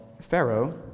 Pharaoh